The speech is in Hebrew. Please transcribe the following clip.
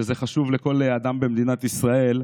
וזה חשוב לכל אדם במדינת ישראל.